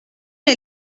est